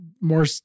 more